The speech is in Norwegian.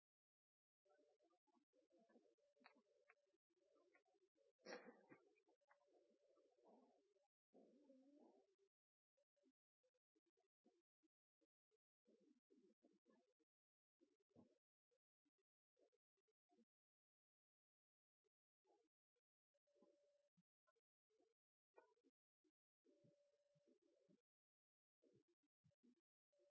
på dette punktet